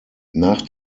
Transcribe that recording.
nach